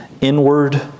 inward